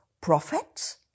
prophets